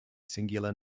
singular